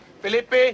Felipe